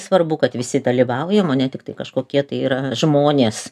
svarbu kad visi dalyvauja mane tiktai kažkokie tai yra žmonės